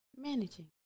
managing